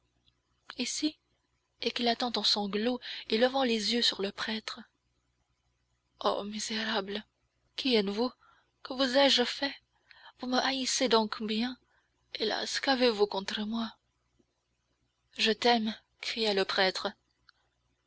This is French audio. éclatant en sanglots et levant les yeux sur le prêtre oh misérable qui êtes-vous que vous ai-je fait vous me haïssez donc bien hélas qu'avez-vous contre moi je t'aime cria le prêtre